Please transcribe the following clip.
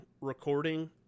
recording